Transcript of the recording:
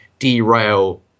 derail